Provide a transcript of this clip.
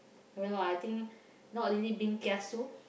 no no I think not really being kiasu